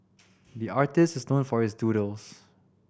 the artist is known for his doodles